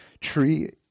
tree